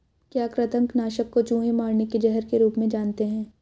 क्या कृतंक नाशक को चूहे मारने के जहर के रूप में जानते हैं?